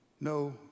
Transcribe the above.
no